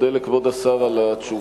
אדוני היושב-ראש, מה אתי?